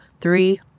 three